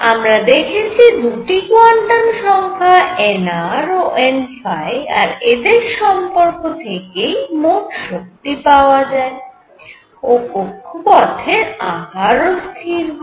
আমরা দেখেছি দুটি কোয়ান্টাম সংখ্যা nr ও n আর এদের সম্পর্ক থেকেই মোট শক্তি পাওয়া যায় ও কক্ষপথের আকার ও স্থির হয়